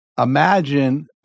imagine